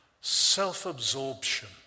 self-absorption